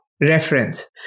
reference